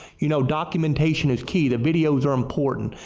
you know documentation is key. videos are important.